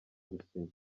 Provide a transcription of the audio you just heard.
gusinya